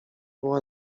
była